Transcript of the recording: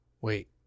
Wait